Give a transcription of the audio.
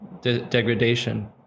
degradation